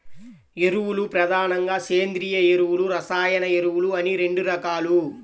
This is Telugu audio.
ఎరువులు ప్రధానంగా సేంద్రీయ ఎరువులు, రసాయన ఎరువులు అని రెండు రకాలు